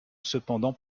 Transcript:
cependant